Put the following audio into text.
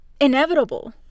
inevitable